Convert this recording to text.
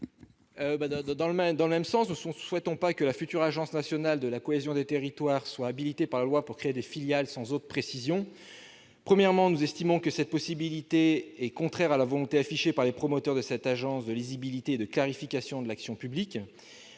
n° 35 rectifié. Nous ne souhaitons pas que la future agence nationale de la cohésion des territoires soit habilitée par la loi à créer des filiales, sans autre précision. Nous estimons que cette possibilité est contraire à la volonté affichée par les promoteurs de cette agence de lisibilité et de clarification de l'action publique.